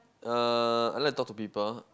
uh I like talk to people